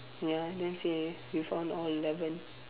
ya then say you found all eleven